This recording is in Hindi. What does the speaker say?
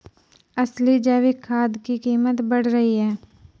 असली जैविक खाद की कीमत बढ़ रही है